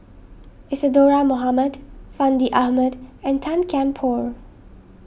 Isadhora Mohamed Fandi Ahmad and Tan Kian Por